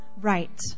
right